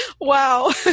Wow